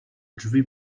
drzwi